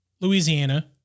Louisiana